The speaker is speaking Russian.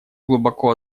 глубоко